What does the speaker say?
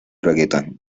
reggaeton